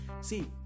See